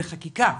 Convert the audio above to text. בחקיקה,